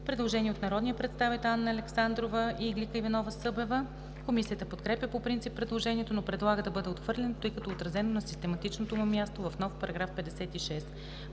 предложение от народните представители Анна Александрова и Иглика Иванова-Събева. Комисията подкрепя по принцип предложението, но предлага да бъде отхвърлено, тъй като е отразено на систематичното му място в нов § 56.